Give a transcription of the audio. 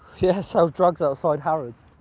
yeah, to sell drugs outside harrods.